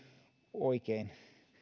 oikein